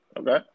Okay